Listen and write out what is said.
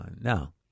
Now